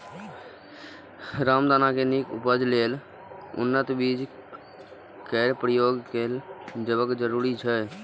रामदाना के नीक उपज लेल उन्नत बीज केर प्रयोग कैल जेबाक चाही